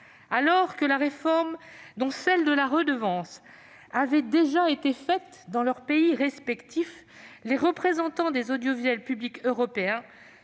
alors que la réforme, celle de la redevance notamment, avait déjà été menée dans leurs pays respectifs, les représentants des audiovisuels publics européens,